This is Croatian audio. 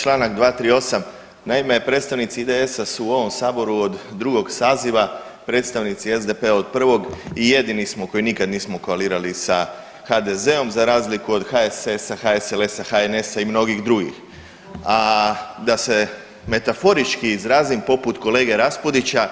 Čl. 238, naime, predstavnici IDS-a su u ovom Saboru od 2. saziva, predstavnici SDP-a od 1. i jedini smo koji nikad nismo koalirali sa HDZ-om za razliku od HSS-a, HSLS-a, HNS-a i mnogih drugih, a da se metaforički izrazim poput kolege Raspudića,